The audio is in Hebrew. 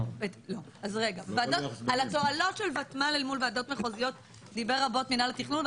על התועלות של ותמ"ל אל מול ועדות מחוזיות דיבר רבות מינהל התכנון,